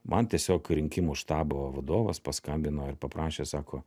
man tiesiog rinkimų štabo vadovas paskambino ir paprašė sako